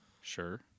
Sure